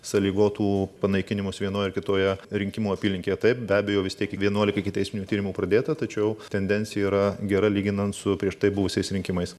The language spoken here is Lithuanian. sąlygotų panaikinimus vienoje ar kitoje rinkimų apylinkėje taip be abejo vis tiek vienuolika ikiteisminių tyrimų pradėta tačiau tendencija yra gera lyginant su prieš tai buvusiais rinkimais